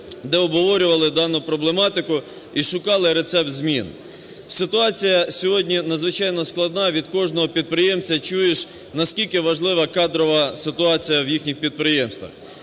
де обговорювали дану проблематику і шукали рецепт змін. Ситуація сьогодні надзвичайно складна. Від кожного підприємця чуєш, наскільки важлива кадрова ситуація в їхніх підприємствах.